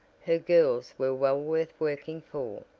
her girls were well worth working for.